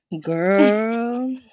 girl